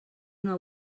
una